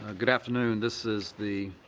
ah good afternoon. this is the